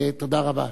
תודה רבה.